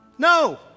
No